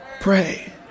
Pray